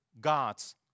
God's